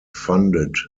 funded